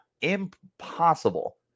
impossible